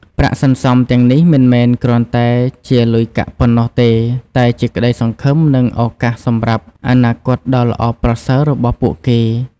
ប្រាក់សន្សំទាំងនេះមិនមែនគ្រាន់តែជាលុយកាក់ប៉ុណ្ណោះទេ តែជាក្ដីសង្ឃឹម និងឱកាសសម្រាប់អនាគតដ៏ល្អប្រសើររបស់ពួកគេ។